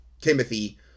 Timothy